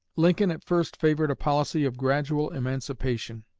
lincoln at first favored a policy of gradual emancipation.